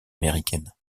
américaines